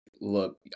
look